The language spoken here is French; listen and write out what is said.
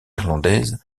irlandaise